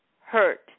hurt